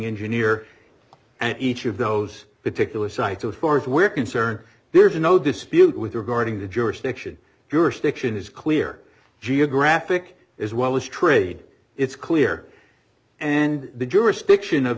engineer at each of those particular site so far as we're concerned there is no dispute with regarding the jurisdiction jurisdiction is clear geographic as well as trade it's clear and the jurisdiction of